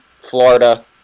Florida